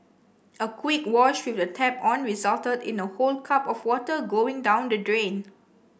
a quick wash with the tap on resulted in a whole cup of water going down the drain